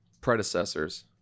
predecessors